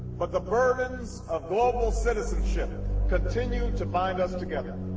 but the burdens of global citizenship continue to bind us together.